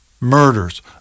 murders